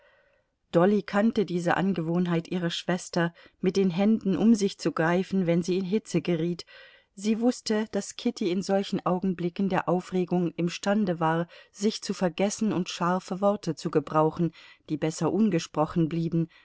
dolly kannte diese angewohnheit ihrer schwester mit den händen um sich zu greifen wenn sie in hitze geriet sie wußte daß kitty in solchen augenblicken der aufregung imstande war sich zu vergessen und scharfe worte zu gebrauchen die besser ungesprochen blieben